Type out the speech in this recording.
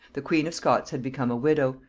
the queen of scots had become a widow,